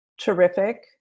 terrific